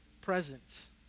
presence